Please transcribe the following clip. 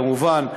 כמובן,